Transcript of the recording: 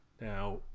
Now